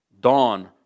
dawn